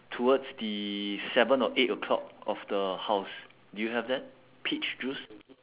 towards the seven or eight o'clock of the house do you have that peach juice